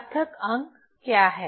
सार्थक अंक क्या है